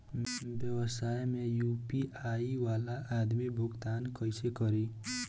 व्यवसाय में यू.पी.आई वाला आदमी भुगतान कइसे करीं?